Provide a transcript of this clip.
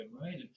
right